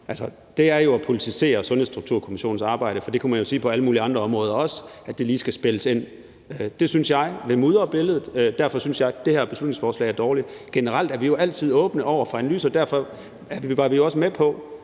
det er jo at politisere Sundhedsstrukturkommissionens arbejde. For det kunne man jo også sige i forhold til alle mulige andre områder, altså at det lige skal spille ind. Det synes jeg vil mudre billedet. Derfor synes jeg, at det her beslutningsforslag er dårligt. Generelt er vi jo altid åbne over for analyser. Derfor var vi også med på,